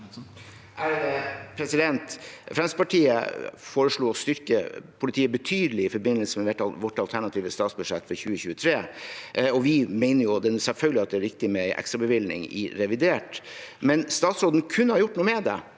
Fremskritts- partiet foreslo å styrke politiet betydelig i forbindelse med sitt alternative statsbudsjett for 2023, og vi mener selvfølgelig at det er riktig med en ekstra bevilgning i revidert. Men statsråden kunne ha gjort noe med det